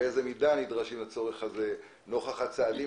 כלומר באיזו מידה נדרש הצורך הזה נוכח הצעדים